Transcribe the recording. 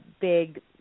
big